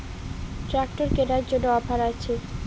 Tractor কেনার জন্য offer আছে?